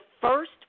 first